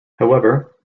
however